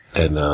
and,